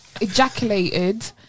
ejaculated